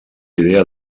idea